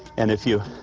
and if you